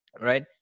right